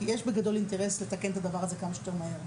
כי יש לכולם אינטרס לתקן את הדבר הזה כמה שיותר מהר.